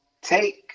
take